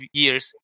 years